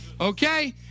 Okay